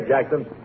Jackson